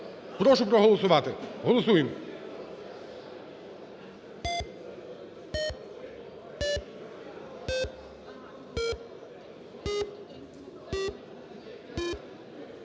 Прошу проголосувати, голосуємо.